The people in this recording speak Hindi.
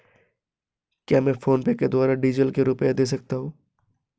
क्या मैं फोनपे के द्वारा डीज़ल के रुपए दे सकता हूं?